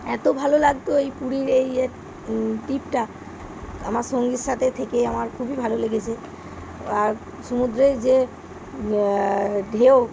এত ভালো লাগত এই পুরীর এই ট্রিপটা আমার সঙ্গীর সাথে থেকেই আমার খুবই ভালো লেগেছে আর সমুদ্রের যে ঢেউ